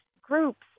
groups